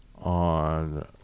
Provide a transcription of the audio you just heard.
on